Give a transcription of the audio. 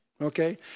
Okay